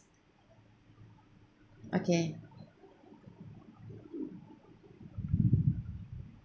okay